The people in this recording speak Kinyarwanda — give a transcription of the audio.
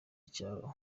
icyaro